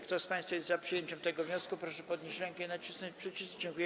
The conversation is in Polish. Kto z państwa jest za przyjęciem tego wniosku, proszę podnieść rękę i nacisnąć przycisk.